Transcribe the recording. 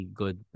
good